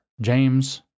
James